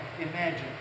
imagine